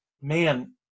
man